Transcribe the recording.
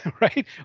Right